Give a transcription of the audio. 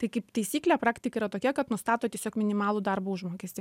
tai kaip taisyklė praktika yra tokia kad nustato tiesiog minimalų darbo užmokestį